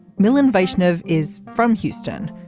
million version of is from houston.